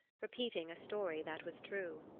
repeating a story that was true.